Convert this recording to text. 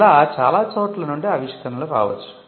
ఇలా చాలా చోట్ల నుండి ఆవిష్కరణలు రావచ్చు